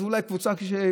אז אולי קבוצה שולית,